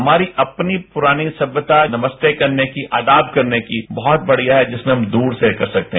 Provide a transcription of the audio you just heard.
हमारी अपनी पुरानी सभ्यता नमस्ते करने की आदाब करने की बहुत बढ़िया है जिसमें हम दूर से कर सकते हैं